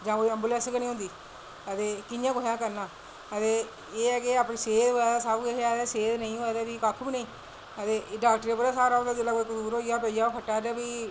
जां कोई अम्बुलैंस गै नी होंदी ते कियां कुसै करना ते एह् ऐ कि अपनी सेह्त होऐ ते है ते नेईं होऐ ते कक्ख बी नी ऐ ते डाक्टरें दा स्हारा होंदा जिसलै कोई खट्टा पर पेई जा ते फ्ही कोई